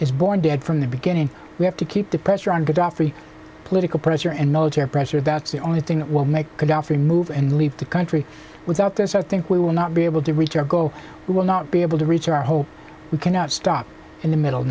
is born dead from the beginning we have to keep the pressure on gadhafi political pressure and military pressure that's the only thing that will make khadafi move and leave the country without this i think we will not be able to reach our goal we will not be able to reach our home we cannot stop in the middle